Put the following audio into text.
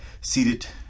Seated